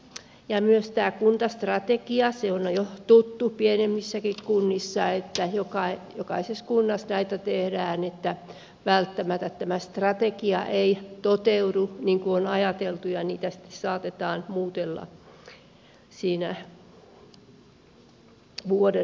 myös tämä kuntastrategia on jo tuttu pienemmissäkin kunnissa jokaisessa kunnassa näitä tehdään että välttämättä tämä strategia ei toteudu niin kuin on ajateltu ja niitä sitten saatetaan muutella siinä vuoden varrella